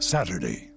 Saturday